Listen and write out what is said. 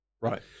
Right